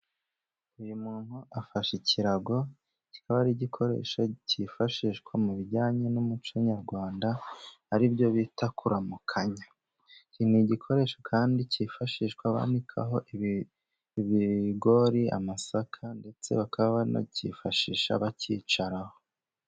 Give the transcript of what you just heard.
Uyu muntu afashe ikirago, kikaba arigikoresho kifashishwa, mu bijyanye n'umuco nyarwanda, aribyo bita kuramukanya, iki ninigikoresho kandi kifashishwa, banika ho ibigori, amasaka ndetse bakaba, bakifashisha bacyicaraho.